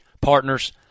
partners